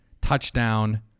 touchdown